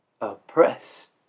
oppressed